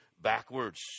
backwards